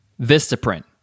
Vistaprint